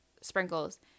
sprinkles